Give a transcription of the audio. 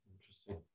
Interesting